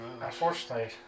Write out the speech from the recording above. Unfortunately